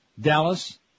Dallas